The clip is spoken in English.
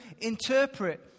interpret